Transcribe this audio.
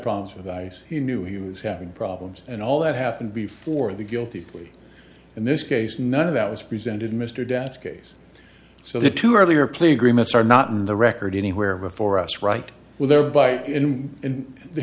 problems with ice he knew he was having problems and all that happened before the guilty plea in this case none of that was presented mr das case so the two earlier pleas grimace are not in the record anywhere before us right there by him in the